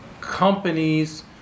companies